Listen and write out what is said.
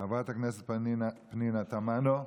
חברת הכנסת פנינה תמנו,